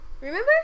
remember